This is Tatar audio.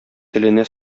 теленә